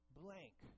blank